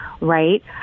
right